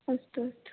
अस्तु अस्तु